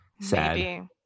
sad